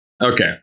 Okay